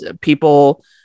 people